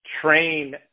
train